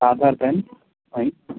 Aadhaar PAN ऐं